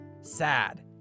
sad